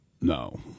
no